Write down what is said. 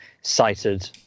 cited